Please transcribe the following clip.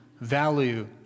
value